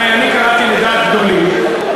הרי אני קלעתי לדעת גדולים,